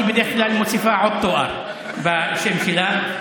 היא בדרך כלל מוסיפה עוד תואר בשם שלה.